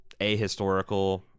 ahistorical